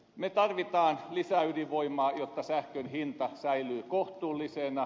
me tarvitsemme lisäydinvoimaa jotta sähkön hinta säilyy kohtuullisena